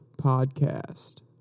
Podcast